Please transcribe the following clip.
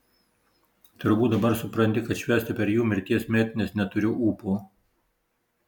turbūt dabar supranti kad švęsti per jų mirties metines neturiu ūpo